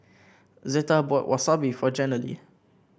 Zetta bought Wasabi for Jenilee